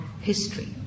history